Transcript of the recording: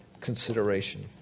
consideration